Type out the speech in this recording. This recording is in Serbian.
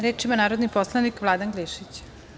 Reč ima narodni poslanik Vladan Glišić.